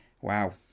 Wow